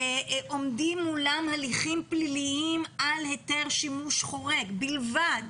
עומדים מולן הליכים פליליים על היתר שימוש חורג בלבד.